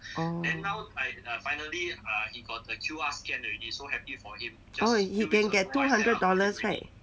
orh orh he he can get two hundred dollars [right]